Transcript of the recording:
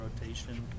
rotation